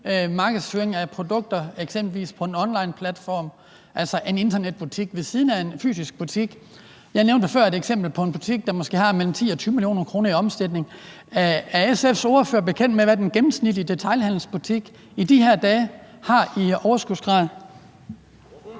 markedsføring af produkter på eksempelvis en onlineplatform, altså har en internetbutik ved siden af en fysisk butik. Jeg nævnte før et eksempel på en butik, der måske har 10-20 mio. kr. i omsætning. Er SF's ordfører bekendt med, hvad den gennemsnitlige detailhandelsbutik i de her dage har i overskudsgrad?